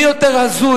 מי יותר הזוי,